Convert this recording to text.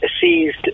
seized